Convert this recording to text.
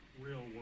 real-world